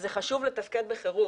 אז זה חשוב לתפקד בחירום,